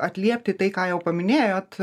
atliepti tai ką jau paminėjot